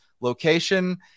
location